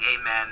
Amen